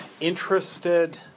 interested